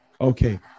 okay